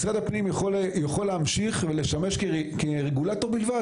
משרד הפנים יכול להמשיך ולשמש כרגולטור בלבד,